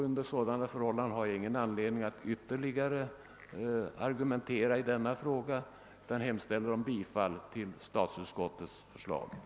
Under sådana förhållanden har jag ingen anledning att argumentera ytterligare i denna fråga, utan jag yrkar bifall till utskottets hemställan.